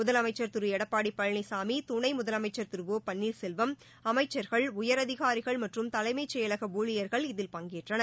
முதலமைச்சா் திரு எடப்பாடி பழனிசாமி துணை முதலமைச்சா் திரு ஒ பன்னீர்செல்வம் அமைச்சர்கள் உயரதிகாரிகள் மற்றும் தலைமைச் செயலக ஊழியர்கள் இதில் பங்கேற்றனர்